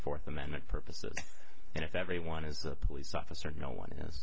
fourth amendment purposes and if everyone is the police officer no one is